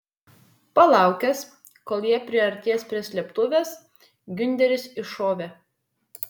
palaukęs kol jie priartės prie slėptuvės giunteris iššovė